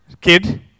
kid